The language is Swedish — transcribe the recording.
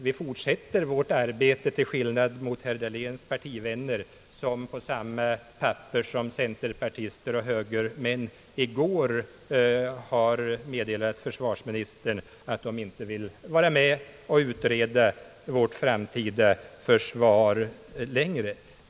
Vi fortsätter vårt arbete, till skillnad från herr Dahléns partivänner som på samma papper som centerpartister och högermän i går har meddelat försvarsministern att de inte vill vara med och utreda vårt framtida försvar längre.